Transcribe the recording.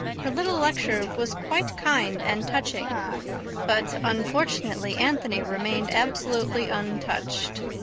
her little lecture was quite kind and touching but unfortunately anthony remained absolutely untouched.